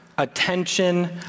attention